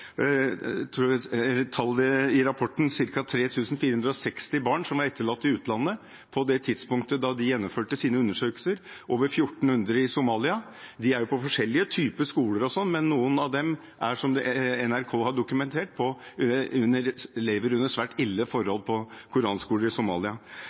tidspunktet da de gjennomførte sine undersøkelser. Det var over 1 400 i Somalia. De er på forskjellige typer skoler, men noen av dem lever, som NRK har dokumentert, under svært ille forhold på